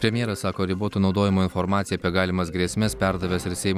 premjeras sako riboto naudojimo informaciją apie galimas grėsmes perdavęs ir seimo